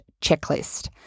checklist